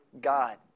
God